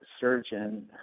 surgeon